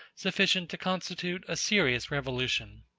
sufficient to constitute a serious revolution.